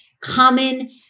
common